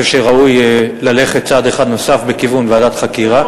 אני חושב שראוי ללכת צעד אחד נוסף בכיוון ועדת חקירה.